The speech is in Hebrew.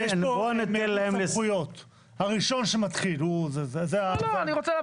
אני רוצה שהיא תענה.